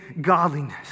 godliness